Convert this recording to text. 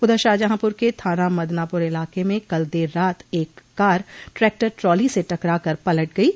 उधर शाहजहांपुर के थाना मदनापुर इलाके में कल देर रात एक कार ट्रैक्टर ट्राली से टकराकर पलट गयी